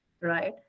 Right